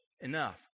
enough